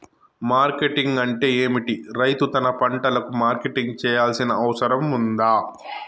Marketing అంటే ఏమిటి? రైతు తన పంటలకు మార్కెటింగ్ చేయాల్సిన అవసరం ఉందా?